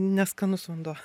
neskanus vanduo